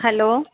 hello